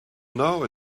know